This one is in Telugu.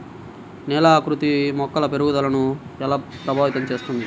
నేల ఆకృతి మొక్కల పెరుగుదలను ఎలా ప్రభావితం చేస్తుంది?